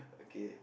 okay